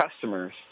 customers